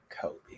Kobe